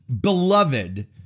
beloved